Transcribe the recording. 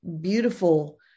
beautiful